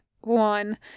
one